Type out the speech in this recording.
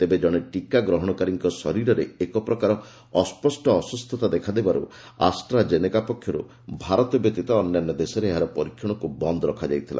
ତେବେ ଜଣେ ଟିକା ଗ୍ରହଣକାରୀଙ୍କ ଶରୀରରେ ଏକ ପ୍ରକାର ଅସ୍ୱଷ୍ଟ ଅସୁସ୍ଥତା ଦେଖାଦେବାରୁ ଆସ୍ଟ୍ରା ଜେନେକା ପକ୍ଷରୁ ଭାରତ ବ୍ୟତୀତ ଅନ୍ୟାନ୍ୟ ଦେଶରେ ଏହାର ପରୀକ୍ଷଣକୁ ବନ୍ଦ ରଖାଯାଇଥିଲା